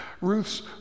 Ruth's